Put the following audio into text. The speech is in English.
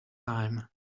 time